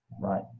Right